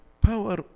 power